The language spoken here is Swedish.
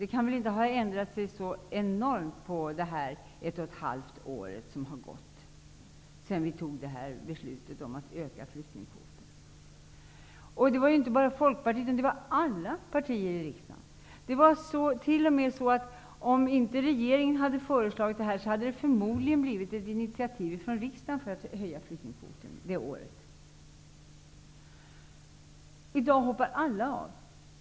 Det kan väl inte ha ändrats sig så enormt på det ett och ett halvt år som har gått sedan vi fattade beslutet om att öka flyktingkvoten? Detta gäller inte bara Folkpartiet utan alla partier i riksdagen. Det var t.o.m. så att om inte regeringen hade föreslagit detta hade det förmodligen kommit ett initiativ från riksdagen för att höja flyktingkvoten det året. I dag hoppar alla av.